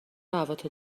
هواتو